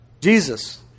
Jesus